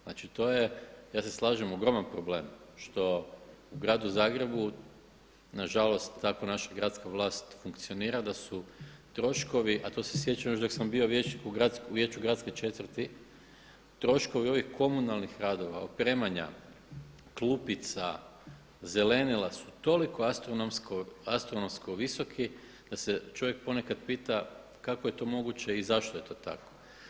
Znači, to je, ja se slažem, ogroman problem što u Gradu Zagrebu nažalost tako naša gradska vlast funkcionira da su troškovi, a to se sjećam još dok sam bio vijećnik u Vijeću gradske četvrti, troškovi ovih komunalnih radova, opremanja, klupica, zelenila su toliko astronomsko visoki da se čovjek ponekad pita kako je to moguće i zašto je to tako.